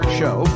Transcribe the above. show